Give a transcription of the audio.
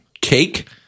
Cake